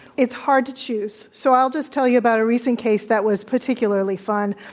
it's hard to choose so i'll just tell you about a recent case that was particularly fun.